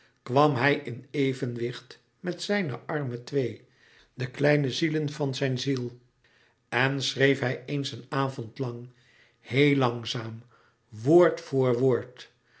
kwam hij in evenwicht met zijne arme twee de kleine zielen van zijn ziel en schreef hij eens een avond lang heel langzaam woord voor woord